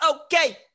okay